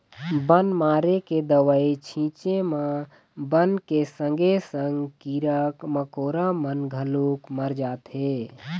बन मारे के दवई छिंचे म बन के संगे संग कीरा कमोरा मन घलोक मर जाथें